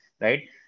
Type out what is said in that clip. right